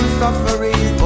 suffering